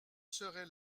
serai